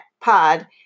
pod